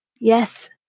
Yes